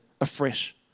afresh